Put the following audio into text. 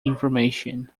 information